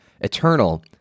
eternal